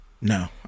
No